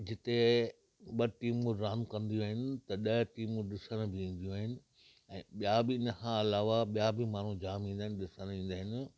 जिते ॿ टीमूं रांदियूं कंदियूं आहिनि त ॾ टीमूं ॾिसण बि अंदियूं आहिनि ऐं ॿिया बि इन खां अलावा ॿिया बि माण्हूं जामु ईंदा आहिनि ॾिसणु ईंदा आहिनि